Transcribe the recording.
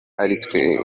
aritwe